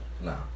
no